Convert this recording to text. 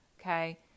okay